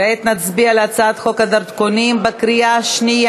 כעת נצביע על הצעת חוק הדרכונים (תיקון מס' 7) בקריאה שנייה.